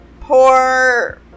poor